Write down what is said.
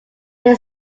they